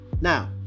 Now